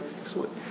Excellent